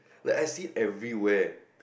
like I see it everywhere